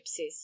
gypsies